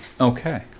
Okay